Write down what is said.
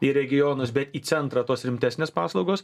į regionus bet į centrą tos rimtesnės paslaugos